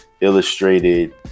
illustrated